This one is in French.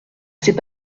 c’est